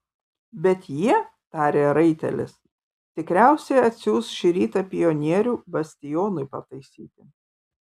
bet jie tarė raitelis tikriausiai atsiųs šį rytą pionierių bastionui pataisyti